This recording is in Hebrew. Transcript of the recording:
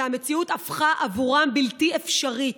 והמציאות הפכה עבורם בלתי אפשרית.